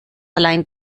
allein